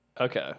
okay